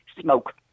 smoke